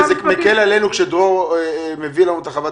וזה מקל עלינו שדרור מביא לנו את חוות